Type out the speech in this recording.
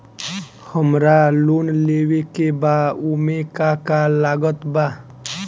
हमरा लोन लेवे के बा ओमे का का लागत बा?